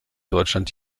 deutschland